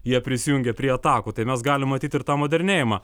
jie prisijungia prie atakų tai mes galime matyt ir tą modernėjimą